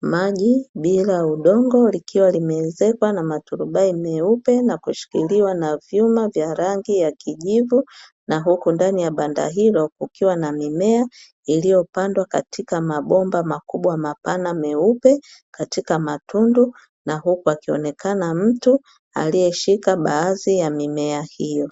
maji bila udongo, likiwa limeezekwa na maturubai meupe na kushikiliwa na vyuma vya rangi ya kijivu, na huku ndani ya banda hilo kukiwa na mimea iliyopandwa katika mabomba makubwa mapana meupe katika matundu, na huku akionekana mtu aliyeshika baadhi ya mimea hiyo.